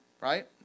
right